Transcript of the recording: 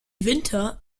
winter